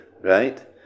Right